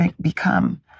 become